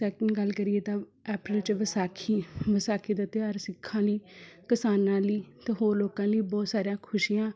second ਗੱਲ ਕਰੀਏ ਤਾਂ ਅਪ੍ਰੈਲ 'ਚ ਵਿਸਾਖੀ ਵਿਸਾਖੀ ਦਾ ਤਿਉਹਾਰ ਸਿੱਖਾਂ ਲਈ ਕਿਸਾਨਾਂ ਲਈ ਅਤੇ ਹੋਰ ਲੋਕਾਂ ਲਈ ਬਹੁਤ ਸਾਰੀਆਂ ਖੁਸ਼ੀਆਂ